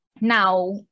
now